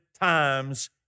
times